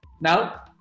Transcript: Now